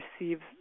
receives